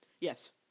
Yes